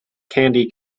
candy